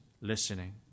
listening